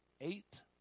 eight